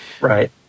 Right